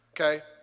Okay